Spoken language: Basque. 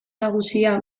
nagusia